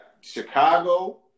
Chicago